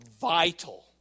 vital